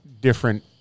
different